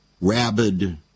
rabid